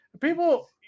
People